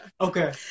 okay